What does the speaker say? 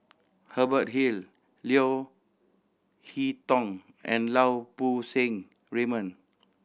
Hubert Hill Leo Hee Tong and Lau Poo Seng Raymond